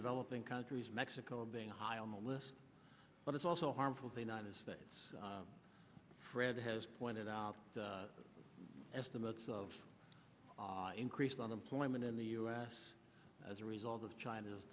developing countries mexico being a high on the list but it's also harmful the united states fred has pointed out the estimates of increased unemployment in the u s as a result of china's